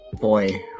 boy